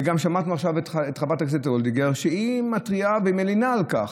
וגם שמענו עכשיו את חברת הכנסת וולדיגר שהיא מתריעה ומלינה על כך,